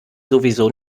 sowieso